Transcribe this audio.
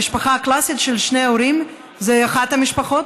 המשפחה הקלאסית של שני הורים היא אחת המשפחות,